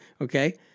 Okay